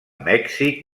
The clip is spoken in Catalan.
mèxic